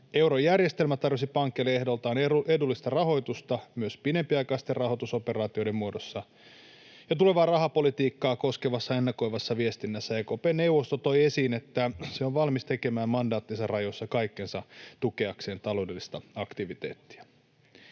Eurojärjestelmä tarjosi pankeille ehdoiltaan edullista rahoitusta myös pidempiaikaisten rahoitusoperaatioiden muodossa, ja tulevaa rahapolitiikkaa koskevassa ennakoivassa viestinnässään EKP:n neuvosto toi esiin, että se on valmis tekemään mandaattinsa rajoissa kaikkensa tukeakseen taloudellista aktiviteettia.